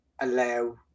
allow